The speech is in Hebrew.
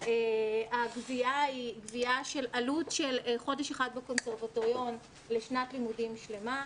הגבייה היא עלות של חודש אחד בקונסרבטוריון לשנת לימודים שלמה.